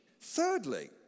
Thirdly